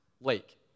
lake